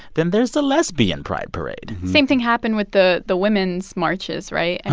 then there's the lesbian pride parade same thing happened with the the women's marches, right? i mean,